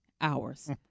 hours